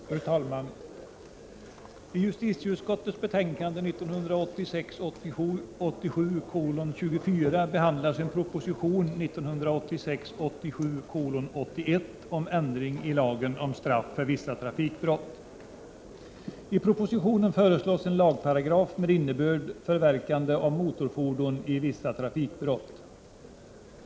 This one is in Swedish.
Fru talman! I justitieutskottets betänkande 1986 87:81 om ändring i lagen om straff för vissa trafikbrott. I propositionen föreslås en lagparagraf med innebörden förverkande av motorfordon vid vissa trafikbrott.